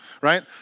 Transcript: right